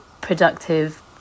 productive